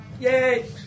Yay